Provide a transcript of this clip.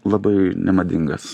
labai nemadingas